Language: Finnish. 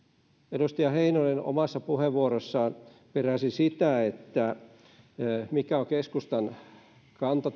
edustaja heinonen omassa puheenvuorossaan peräsi sitä mikä on keskustan kanta